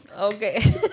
Okay